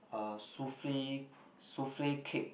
uh souffle souffle cake